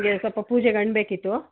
ನಮಗೆ ಸ್ವಲ್ಪ ಪೂಜೆಗೆ ಹಣ್ ಬೇಕಿತ್ತು